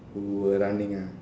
who were running ah